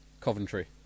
Coventry